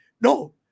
no